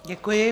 Děkuji.